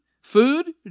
food